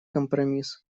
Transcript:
компромисс